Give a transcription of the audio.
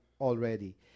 already